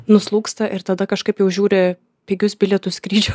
nuslūgsta ir tada kažkaip jau žiūri pigius bilietus skrydžio